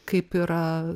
kaip yra